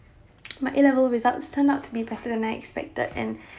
my A level results turn out to be better than I expected and